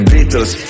Beatles